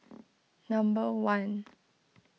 number one